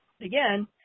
Again